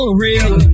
real